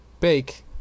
Bake